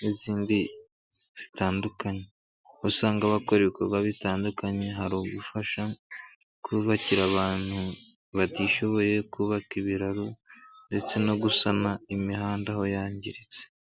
n'izindi zitandukanye ,aho usanga bakora ibikorwa bitandukanye hari ugufasha kubakira abantu batishoboye ,kubaka ibiraro ndetse no gusana imihanda aho yangiritse.